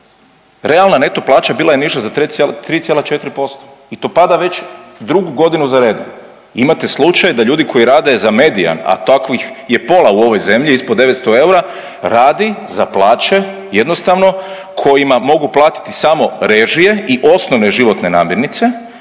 realna neto plaća bila je niža za 3,4% i to pada već drugu godinu za redom. Imate slučaj da ljudi koji rade za medije, a takvih je pola u ovoj zemlji ispod 900 eura, radi za plaće jednostavno kojima mogu platiti samo režije i osnovne životne namirnice,